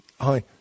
hi